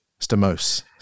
Stamos